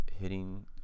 hitting